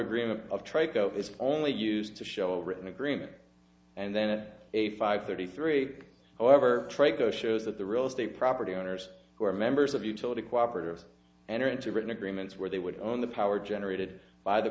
agreement of tri co is only used to show a written agreement and then at a five thirty three however trego shows that the real estate property owners who are members of utility cooperative enter into written agreements where they would own the power generated by the